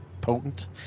potent